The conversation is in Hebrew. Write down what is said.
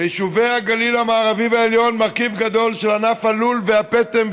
ביישובי הגליל המערבי והעליון יש מרכיב גדול של ענף הלול והפטם,